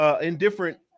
indifferent